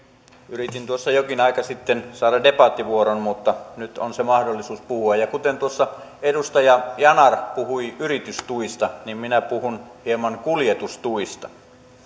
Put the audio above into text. yritin tuossa jokin aika sitten saada debattivuoron mutta nyt on mahdollisuus puhua kun tuossa edustaja yanar puhui yritystuista niin minä puhun hieman kuljetustuista